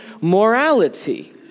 morality